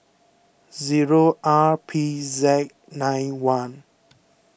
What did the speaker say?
zero R P Z nine one